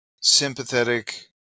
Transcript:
sympathetic